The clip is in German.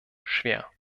schwer